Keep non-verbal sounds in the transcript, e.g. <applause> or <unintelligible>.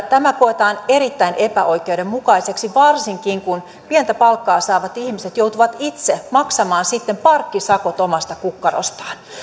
<unintelligible> tämä koetaan erittäin epäoikeudenmukaiseksi varsinkin kun pientä palkkaa saavat ihmiset joutuvat itse maksamaan sitten parkkisakot omasta kukkarostaan